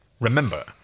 Remember